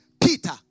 Peter